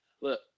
Look